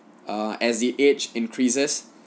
err as the age increases